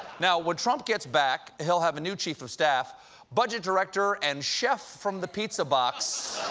now, when trump gets back, he'll have a new chief of staff budget director and chef from the pizza box,